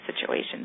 situations